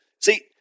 See